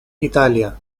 italia